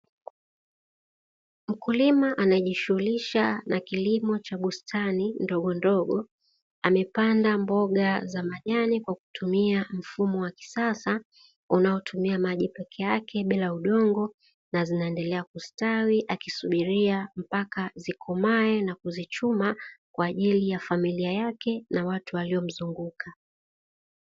Mkulima anajishughulisha na kilimo cha bustani ndogondogo, amepanda mboga za majani kwa kutumia mfumo wa kisasa; unaotumia maji peke yake bila udongo na zinaendelea kustawi akisubiria mpaka zikomae na kuzichuma, kwa ajili ya familia yake na watu waliomzunguka.